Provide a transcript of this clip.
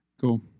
Cool